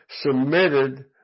submitted